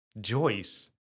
Joyce